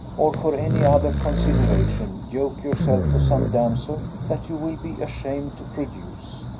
or for any other consideration, yoke yourself to some damsel that you will be ashamed to produce.